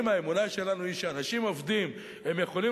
אם האמונה שלנו היא שאנשים עובדים יכולים